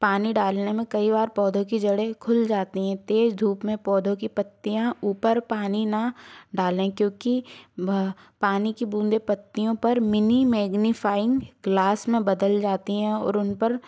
पानी डालने में कई बार पौधे की जड़े खुल जाती है तेज धूप में पौधों की पत्तियाँ ऊपर पानी ना डालें क्योंकि वह पानी की बूंदे पत्तियों पर मिनी मैग्नीफाइंग ग्लास में बदल जाती है और उन पर